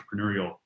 entrepreneurial